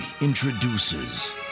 introduces